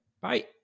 Bye